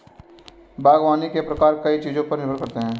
बागवानी के प्रकार कई चीजों पर निर्भर करते है